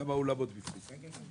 גם האולמות נכנסו.